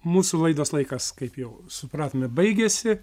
mūsų laidos laikas kaip jau supratome baigėsi